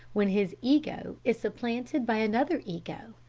when his ego is supplanted by another ego,